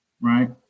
right